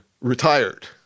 retired